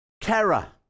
kara